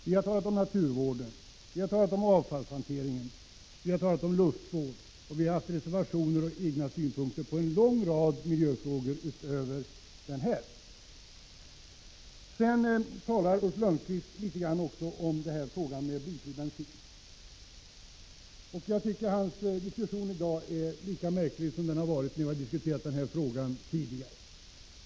Vi har talat om naturvården, vi har talat om avfallshanteringen, vi har talat om luftvården,'och vi har haft reservationer och egna synpunkter på en lång rad miljöfrågor utöver denna. Ulf Lönnqvist talar också litet grand om blyfri bensin. Jag tycker hans diskussion i dag är lika märklig som den har varit när vi har diskuterat denna fråga tidigare.